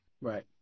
Right